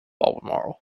albemarle